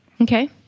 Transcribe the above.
Okay